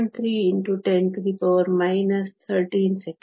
3 x 10 13 ಸೆಕೆಂಡುಗಳು